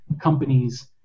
companies